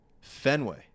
fenway